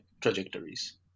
trajectories